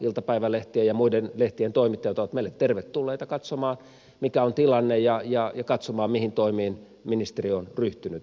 iltapäivälehtien ja muiden lehtien toimittajat ovat meille tervetulleita katsomaan mikä on tilanne ja katsomaan mihin toimiin ministeriö on ryhtynyt